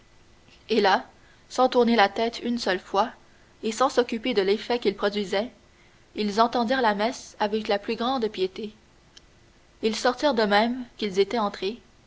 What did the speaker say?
et là sans tourner la tête une seule fois et sans s'occuper de l'effet qu'ils produisaient ils entendirent la messe avec la plus grande piété ils sortirent de même qu'ils étaient entrés